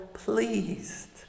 pleased